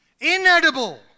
inedible